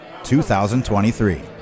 2023